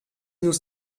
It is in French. nous